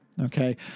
Okay